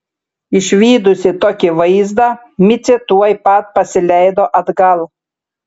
išvydusi tokį vaizdą micė tuoj pat pasileido atgal